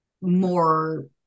more